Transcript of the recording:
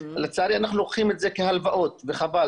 לצערי אנחנו לוקחים את זה כהלוואות, וחבל.